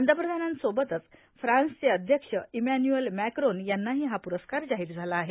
पंतप्रधानांसोबत फ्रान्सचे अध्यक्ष इमॅन्रअल मॅक्रोन यांनाही हा पुरस्कार जाहीर झाला आहे